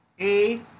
A-